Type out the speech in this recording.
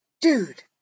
Dude